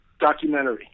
Documentary